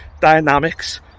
dynamics